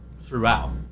throughout